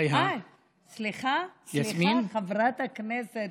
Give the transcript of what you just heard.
אה, סליחה, חברת הכנסת,